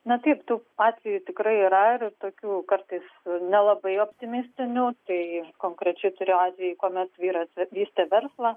na taip tų atvejų tikrai yra ir tokių kartais nelabai optimistinių tai konkrečiai turiu atvejų kuomet vyras vystė verslą